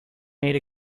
made